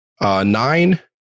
nine